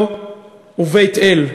ובית-אל.